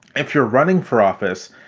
if you're running for office,